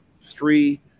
three